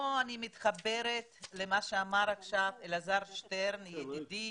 מתחברת למה שאמר עכשיו אלעזר שטרן ידידי,